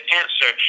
answer